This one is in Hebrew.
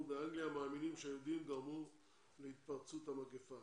באנגליה מאמינים שהיהודים גרמו להתפרצות המגיפה.